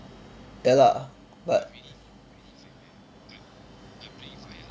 ya lah but